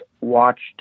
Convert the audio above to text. watched